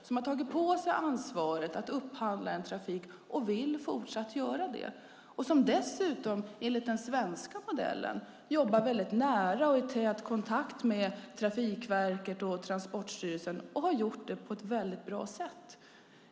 De har tagit på sig ansvaret att upphandla trafik och de vill fortsatt göra det. Dessutom jobbar de enligt den svenska modellen nära och i tät kontakt med Trafikverket och Transportstyrelsen, och det har de gjort på ett bra sätt.